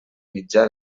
mitjà